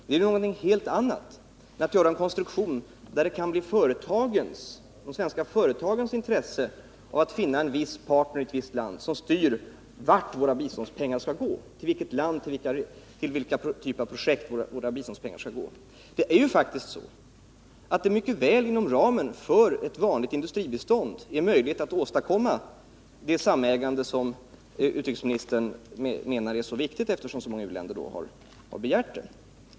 Nu gör man någonting helt annat: man gör en konstruktion där det kan ligga i de svenska företagens intresse att finna en viss partner i ett visst land som styr vart — till vilket land och till vilken typ av projekt — våra biståndspengar skall gå. Det är faktiskt inom ramen för ett vanligt industribistånd möjligt att åstadkomma det samägande som utrikesministern menar är så viktigt, eftersom många u-länder har begärt det.